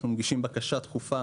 אנחנו מגישים בקשה דחופה